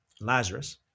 Lazarus